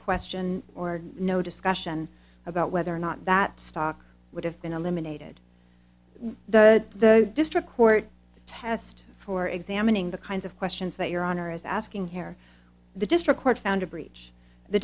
question or no discussion about whether or not that stock would have been eliminated the district court test for examining the kinds of questions that your honor is asking here the district court found a breach the